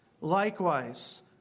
Likewise